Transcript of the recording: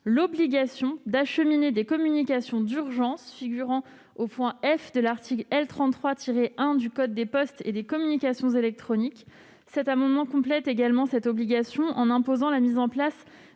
l'obligation d'acheminement des communications d'urgence figurant au du I de l'article L. 33-1 du code des postes et des communications électroniques. Il vise également à compléter cette obligation, en imposant la mise en place